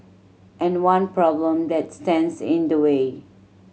and one problem that stands in the way